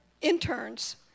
interns